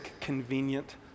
convenient